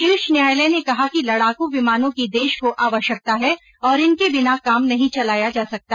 शीर्ष न्यायालय ने कहा कि लड़ाकू विमानों की देश को आवश्यकता है और इनके बिना काम नहीं चलाया जा सकता